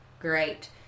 great